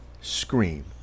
scream